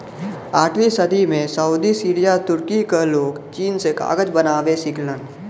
आठवीं सदी में सऊदी सीरिया तुर्की क लोग चीन से कागज बनावे सिखलन